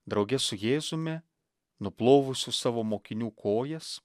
drauge su jėzumi nuplovusiu savo mokinių kojas